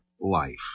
life